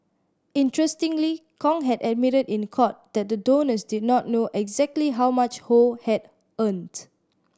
interestingly Kong had admitted in court that the donors did not know exactly how much Ho had earned